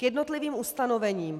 K jednotlivým ustanovením.